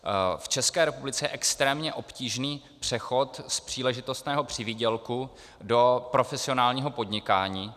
V České republice je extrémně obtížný přechod z příležitostného přivýdělku do profesionálního podnikání.